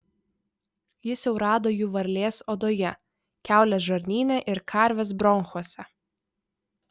jis jau rado jų varlės odoje kiaulės žarnyne ir karvės bronchuose